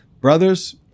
Brothers